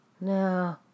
no